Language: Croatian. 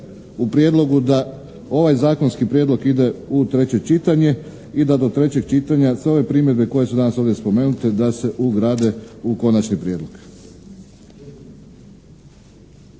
u prijedlogu da ovaj zakonski prijedlog ide u treće čitanje i da do trećeg čitanja sve ove primjedbe koje su danas ovdje spomenute da se ugrade u konačni prijedlog.